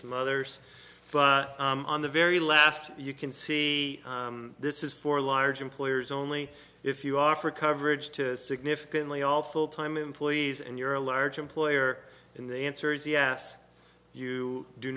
some others but on the very last you can see this is for large employers only if you offer coverage to significantly all full time employees and you're a large employer and the answer is yes you do